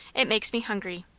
it makes me hungry.